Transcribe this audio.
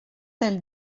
elle